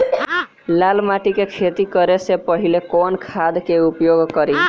लाल माटी में खेती करे से पहिले कवन खाद के उपयोग करीं?